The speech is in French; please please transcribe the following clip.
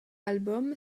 album